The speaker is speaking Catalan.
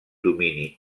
domini